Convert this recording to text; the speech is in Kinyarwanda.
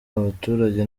abaturage